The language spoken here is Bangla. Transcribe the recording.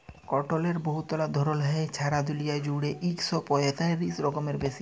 কটলের বহুতলা ধরল হ্যয়, ছারা দুলিয়া জুইড়ে ইক শ পঁয়তিরিশ রকমেরও বেশি